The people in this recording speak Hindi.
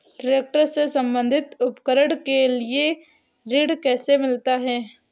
ट्रैक्टर से संबंधित उपकरण के लिए ऋण कैसे मिलता है?